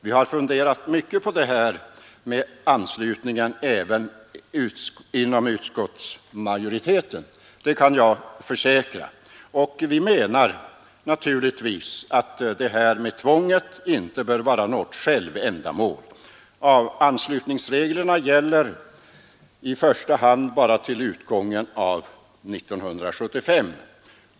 Vi har funderat mycket på frågan om anslutningen även inom utskottsmajoriteten, det kan jag försäkra. Och vi menar naturligtvis att tvånget inte bör vara något självändamål. Anslutningsreglerna gäller i första hand bara till utgången av 1975.